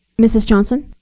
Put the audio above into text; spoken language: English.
mrs. johnson.